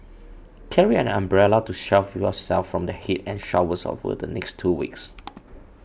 carry an umbrella to shield yourself from the heat and showers over the next two weeks